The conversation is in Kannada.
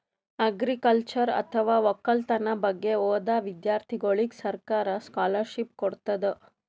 ಅಗ್ರಿಕಲ್ಚರ್ ಅಥವಾ ವಕ್ಕಲತನ್ ಬಗ್ಗೆ ಓದಾ ವಿಧ್ಯರ್ಥಿಗೋಳಿಗ್ ಸರ್ಕಾರ್ ಸ್ಕಾಲರ್ಷಿಪ್ ಕೊಡ್ತದ್